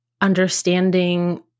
understanding